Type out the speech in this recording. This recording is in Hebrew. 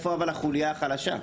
איפה החוליה החלשה?